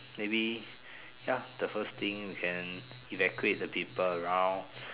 maybe ya the first thing you can evacuate the people around